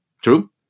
True